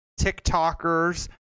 TikTokers